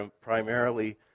primarily